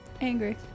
angry